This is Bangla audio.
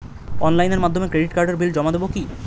অনলাইনের মাধ্যমে ক্রেডিট কার্ডের বিল জমা দেবো কি?